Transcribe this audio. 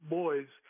boys